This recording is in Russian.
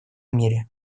мире